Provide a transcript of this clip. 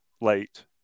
late